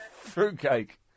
Fruitcake